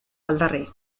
aldarri